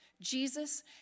Jesus